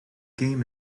game